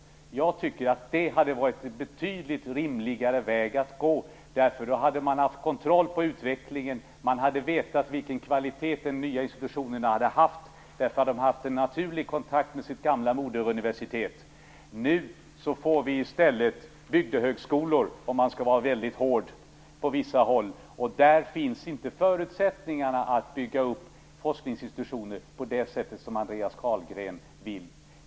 Jag tycker att det hade varit en betydligt rimligare väg att gå. Då hade man haft kontroll över utvecklingen, och man hade vetat vilken kvalitet den nya institutionen hade haft, eftersom den hade haft en naturlig kontakt med sitt gamla moderuniversitet. Nu får vi i stället bygdehögskolor, om man skall vara väldigt hård, på vissa håll. Och där finns inte förutsättningar att bygga upp forskningsinstitutioner på det sätt som Andreas Carlgren vill.